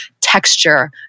texture